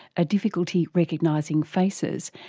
a difficulty recognising faces,